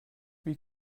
wie